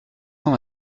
cent